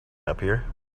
happier